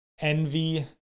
envy